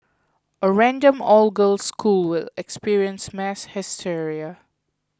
a random all girls school will experience mass hysteria